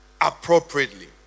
appropriately